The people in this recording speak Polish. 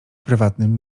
prywatnym